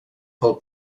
pel